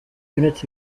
units